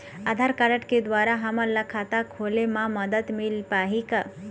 आधार card के द्वारा हमन ला खाता खोले म मदद मिल पाही का?